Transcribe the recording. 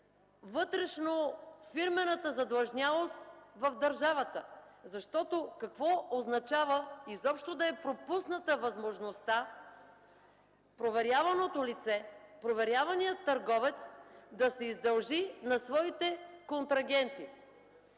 вътрешнофирмената задлъжнялост в държавата? Защото, какво означава изобщо да е пропусната възможността проверяваното лице, проверяваният търговец, да се издължи на своите контрагенти.